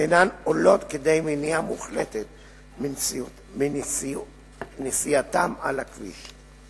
שאינן עולות כדי מניעה מוחלטת של נסיעתם על הכביש.